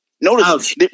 notice